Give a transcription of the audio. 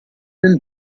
del